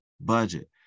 budget